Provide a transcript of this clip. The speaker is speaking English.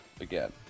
again